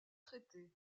traitées